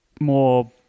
more